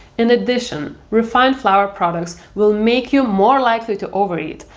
in addition, refined flour products will make you more likely to overeat,